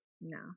no